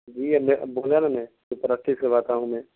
جی اب میں بھوارے میں پریکٹس کرواتا ہوں میں